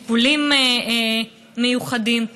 טיפולים מיוחדים.